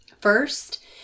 First